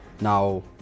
Now